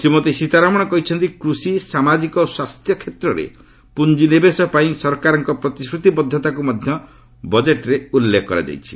ଶ୍ରୀମତୀ ସୀତାରମଣ କହିଛନ୍ତି କୃଷି ସାମାଜିକ ଓ ସ୍ୱାସ୍ଥ୍ୟ କ୍ଷେତ୍ରରେ ପୁଞ୍ଜିନିବେଶ ବୃଦ୍ଧି ପାଇଁ ସରକାରଙ୍କ ପ୍ରତିଶ୍ରତିବଦ୍ଧତାକୁ ମଧ୍ୟ ବଜେଟ୍ରେ ଉଲ୍ଲେଖ କରାଯାଇଛି